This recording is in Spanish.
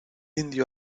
indio